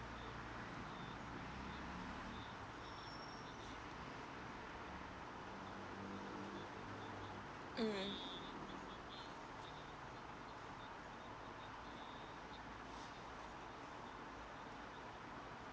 mm